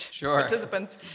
participants